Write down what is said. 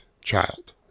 child